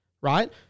right